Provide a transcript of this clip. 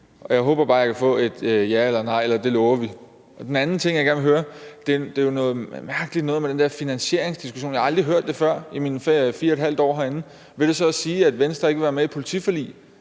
Jeg håber bare, at jeg kan få et ja eller et nej eller et løfte. Det er den ene ting. Den anden ting er, at det er noget mærkelig noget med den finansieringsdiskussion. Jeg har aldrig hørt det før i mine 4½ år herinde. Vil det så også sige, at Venstre ikke vil være med i et politiforlig,